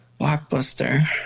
Blockbuster